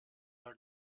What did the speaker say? are